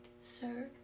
sir